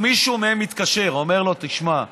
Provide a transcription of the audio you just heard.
או מישהו מהם מתקשר ואומר לו: תשמע,